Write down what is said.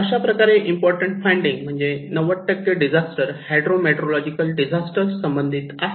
अशाप्रकारे important finding म्हणजे 90 disaster hydro meteorological disaster संबंधित आहे